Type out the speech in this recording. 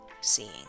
seeing